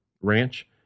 ranch